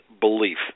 belief